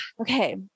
Okay